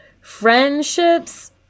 friendships